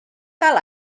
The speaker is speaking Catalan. tal